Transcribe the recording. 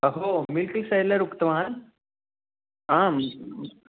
अहो milk seller उक्तवान् आम्